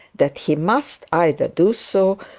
that he must either do so,